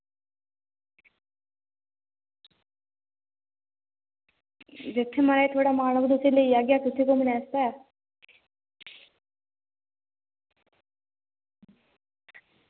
जित्थें थोह्ड़ा मन होग उत्थें लेई जाह्गे घुम्मनै आस्तै